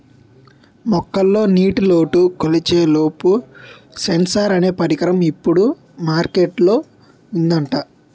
మొక్కల్లో నీటిలోటు కొలిచే లీఫ్ సెన్సార్ అనే పరికరం ఇప్పుడు మార్కెట్ లో ఉందట